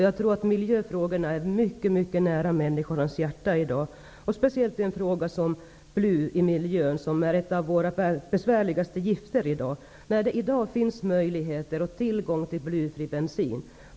Jag tror att miljöfrågorna i dag ligger mycket nära människornas hjärtan, speciellt frågan om bly i miljön. Bly är i dag en av våra besvärligaste gifter. I dag finns tillgång till blyfri bensin.